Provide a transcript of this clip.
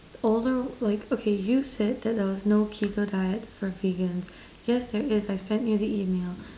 the older like okay you said that there was no keto diets for vegans yes there is I sent you the email